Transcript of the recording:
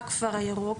בכפר הירוק,